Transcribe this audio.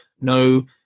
no